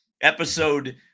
episode